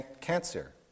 cancer